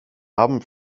haben